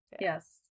yes